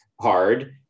hard